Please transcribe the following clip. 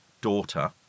daughter